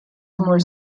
imur